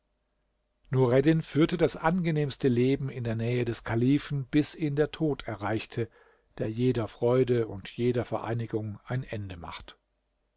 nureddin führte das angenehmste leben in der nähe des kalifen bis ihn der tod erreichte der jeder freude und jeder vereinigung ein ende macht